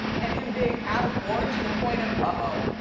and him being out of order to the point of, uh-oh,